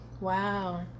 Wow